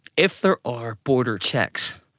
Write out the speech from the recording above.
if there are border checks,